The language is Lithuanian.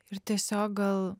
ir tiesiog gal